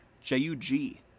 J-U-G